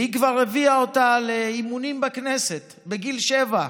והיא כבר הביאה אותה לאימונים בכנסת בגיל שבע,